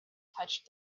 touched